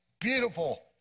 beautiful